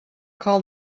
call